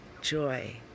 joy